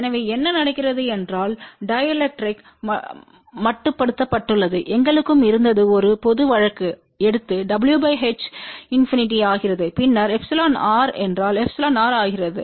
எனவே என்ன நடக்கிறது என்றால் டிஎலெக்ட்ரிக்வுக்குள் மட்டுப்படுத்தப்பட்டுள்ளது எங்களுக்கும் இருந்தது ஒரு பொது வழக்கு எடுத்து w h இன்பினிட்டி ஆகிறது பின்னர் εr என்றால்εr ஆகிறது